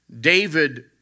David